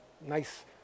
nice